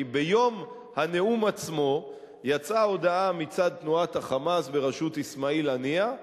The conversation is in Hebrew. כי ביום הנאום עצמו יצאה הודעה מצד תנועת ה"חמאס" בראשות אסמאעיל הנייה,